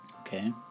Okay